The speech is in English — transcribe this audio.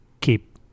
keep